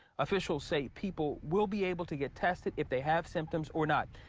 officials say people will be able to get tested if they have symptoms or not.